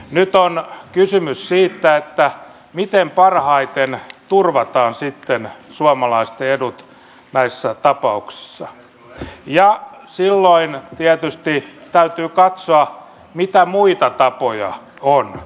nyt on kysymys siitä miten parhaiten turvataan suomalaisten edut näissä tapauksissa ja silloin tietysti täytyy katsoa mitä muita tapoja on